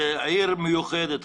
זאת עיר מיוחדת.